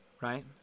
Right